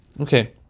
Okay